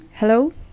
Hello